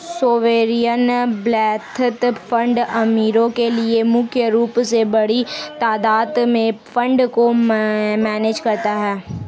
sovereign wealth fund अमीरो के लिए मुख्य रूप से बड़ी तादात में फंड को मैनेज करता है